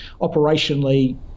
operationally